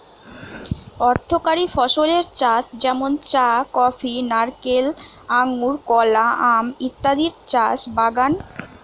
অর্থকরী ফসলের চাষ যেমন চা, কফি, নারকেল, আঙুর, কলা, আম ইত্যাদির চাষ বাগান কোরে করা হয়